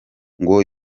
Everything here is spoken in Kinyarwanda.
ngo